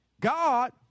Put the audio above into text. God